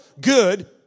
good